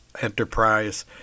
enterprise